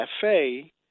Cafe